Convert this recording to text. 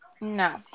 No